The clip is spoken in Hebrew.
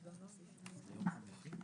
הישיבה ננעלה בשעה 12:52.